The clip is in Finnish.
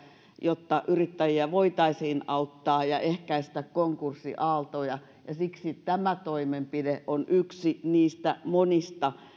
jotta yrittäjiä voitaisiin auttaa ja ehkäistä konkurssiaaltoja ja siksi tämä toimenpide on yksi niistä monista